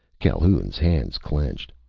calhoun's hands clenched.